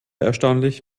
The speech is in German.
erstaunlich